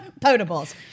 potables